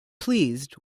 pleased